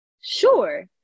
sure